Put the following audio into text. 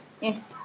Yes